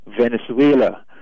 Venezuela